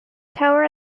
tower